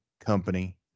company